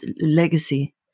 legacy